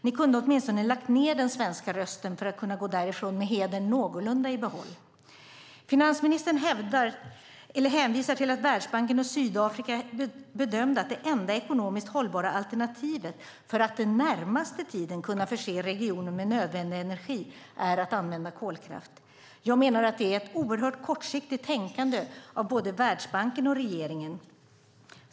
Ni kunde åtminstone ha lagt ned den svenska rösten för att kunna gå därifrån med hedern någorlunda i behåll. Finansministern hänvisar till att "Världsbanken och Sydafrika har bedömt att det enda ekonomiskt hållbara alternativet för att den närmaste tiden kunna förse regionen med nödvändig energi är att använda kolkraft". Jag menar att det är ett oerhört kortsiktigt tänkande av både Världsbanken och regeringen.